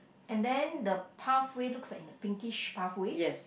and then the pathway looks like in the pinkish pathway